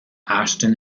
ashton